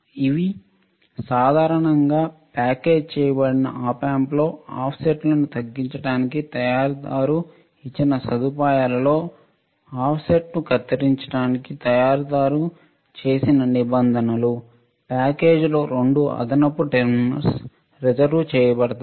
అవి సాధారణంగా ప్యాకేజ్ చేయబడిన ఆప్ ఆంప్ లో ఆఫ్సెట్ను తగ్గించడానికి తయారీదారు ఇచ్చిన సదుపాయాలు లో ఆఫ్సెట్ను కత్తిరించడానికి తయారీదారు చేసిన నిబంధనలు ప్యాకేజీలో 2 అదనపు టెర్మినల్స్ రిజర్వు చేయబడతాయి